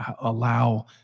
allow